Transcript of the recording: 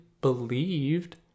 believed